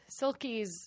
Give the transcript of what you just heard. Silkies